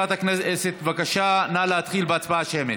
מזכירת הכנסת, בבקשה, נא להתחיל בהצבעה שמית.